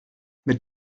mit